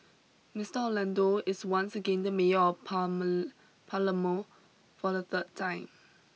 Mister Orlando is once again the mayor of pami Palermo for the third time